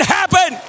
happen